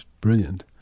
brilliant